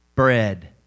bread